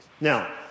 Now